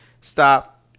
Stop